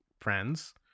friends